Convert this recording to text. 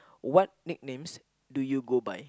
what nicknames do you go by